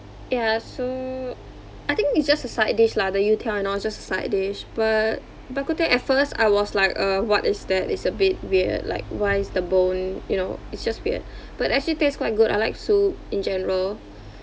ya so I think it's just a side dish lah the youtiao and all is just a side dish but bak kut teh at first I was like uh what is that it's a bit weird like why is the bone you know it's just weird but actually tastes quite good I like soup in general